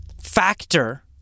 factor